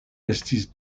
estis